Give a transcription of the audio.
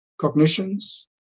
Cognitions